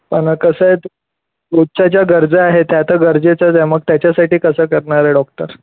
पण कसं आहे रोजच्या ज्या गरजा आहेत त्या तर गरजेच्याच आहे मग त्याच्यासाठी कसं करणार आहे डॉक्टर